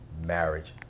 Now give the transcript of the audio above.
marriage